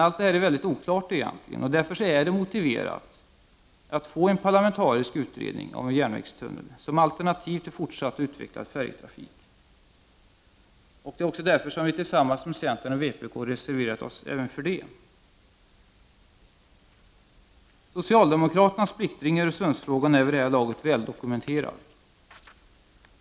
Allt det här är mycket oklart, och därför är det motiverat att få en parlamentarisk utredning av järnvägstunnel som alternativ till fortsatt och utvecklad färjetrafik. Det är också därför vi tillsammans med centern och vpk har reserverat oss även för det. Socialdemokraternas splittring i frågan om Öresundsförbindelserna är vid det här laget väl dokumenterad.